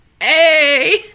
Hey